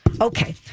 Okay